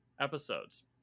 episodes